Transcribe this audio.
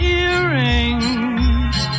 earrings